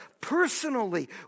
personally